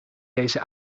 deze